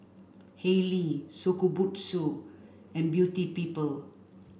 Haylee Shokubutsu and Beauty People